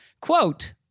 Quote